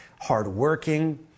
hardworking